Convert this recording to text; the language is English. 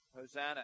Hosanna